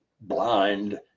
blind